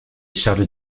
charles